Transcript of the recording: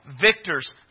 victors